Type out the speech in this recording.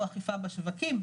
הוא אכיפה בשווקים,